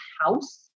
house